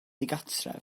digartref